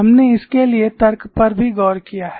हमने इसके लिए तर्क पर भी गौर किया है